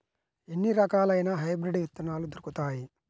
ఎన్ని రకాలయిన హైబ్రిడ్ విత్తనాలు దొరుకుతాయి?